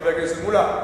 חבר הכנסת מולה,